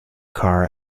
car